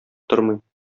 тормый